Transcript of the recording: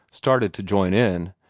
started to join in,